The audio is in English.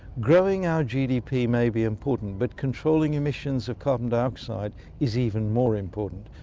growing our gdp may be important but controlling emissions of carbon dioxide is even more important.